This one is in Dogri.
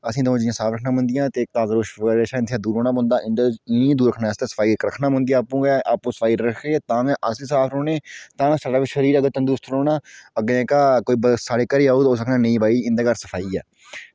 ते एह् चीजां साफ रक्खना पौंदियां ते इनें कीड़े कशा दूर रौह्ना पौंदा ते इंदे कशा दूर रौह्ने आस्तै साफ सफाई रक्खना पौंदी आपूं गै सफाई रक्खगे ते अस बी साफ रौह्ने ते तां गै साढ़ा शरीर तंदरुस्त रौह्ना आं ते अग्गें जेह्का साढ़े घरै औग नेईं भई इंदे घर सफाई ऐ